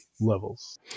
levels